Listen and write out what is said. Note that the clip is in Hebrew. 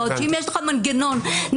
בעוד שאם יש לך מנגנון נציבות,